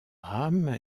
rame